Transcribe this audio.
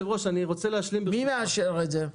מי מאשר את זה?